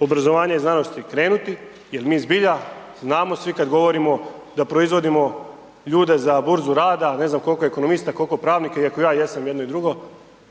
obrazovanja i znanosti krenuti jer mi zbilja znamo svi kad govorimo da proizvodimo ljude za burzu rada, ne znam koliko ekonomista, koliko pravnika, iako ja jesam i jedno i drugo,